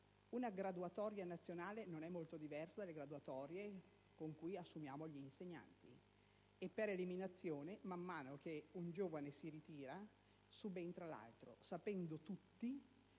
Una graduatoria nazionale non è molto diversa dalle graduatorie con cui assumiamo gli insegnanti: per eliminazione, quando un giovane si ritira, subentra il successivo, sapendo tutti